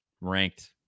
ranked